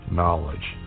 knowledge